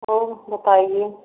और बताइए